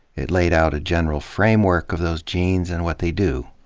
it laid out a general framework of those genes and what they do.